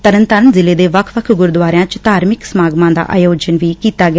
ਤਰਨਤਾਰਨ ਜ਼ਿਲ੍ਹੇ ਦੇ ਵੱਖ ਵੱਖ ਗੁਰਦੁਆਰਿਆਂ ਵਿਚ ਧਾਰਮਿਕ ਸਮਾਗਮਾਂ ਦਾ ਆਯੋਜਨ ਕੀਤਾ ਗਿਆ